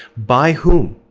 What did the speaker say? by whom,